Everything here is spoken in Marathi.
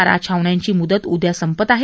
चारा छावण्यांची मुदत उद्या संपत आहे